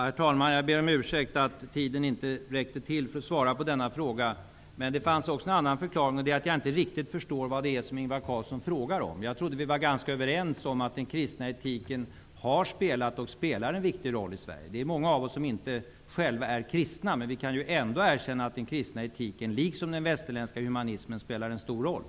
Herr talman! Jag ber om ursäkt för att tiden inte räckte till för att svara på denna fråga. Men det fanns också en annan förklaring, nämligen att jag inte riktigt förstår vad det är som Ingvar Carlsson frågar om. Jag trodde vi var ganska överens om att den kristna etiken har spelat och spelar en viktig roll i Sverige. Det är många av oss som inte själva är kristna men vi kan ändå erkänna att den kristna etiken liksom den västerländska humanismen spelar en stor roll.